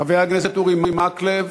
חבר הכנסת אורי מקלב,